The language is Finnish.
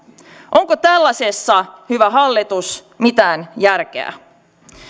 onko tällaisessa hyvä hallitus mitään järkeä